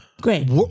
Great